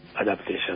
adaptation